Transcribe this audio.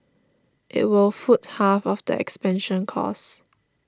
it will foot half of the expansion costs